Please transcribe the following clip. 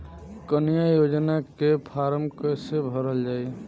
कन्या योजना के फारम् कैसे भरल जाई?